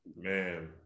man